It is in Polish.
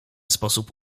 sposób